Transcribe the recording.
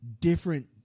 different